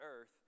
earth